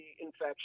infection